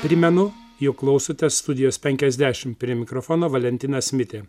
primenu jog klausotės studijos penkiasdešimt prie mikrofono valentinas mitė